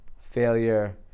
failure